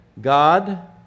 God